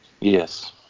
Yes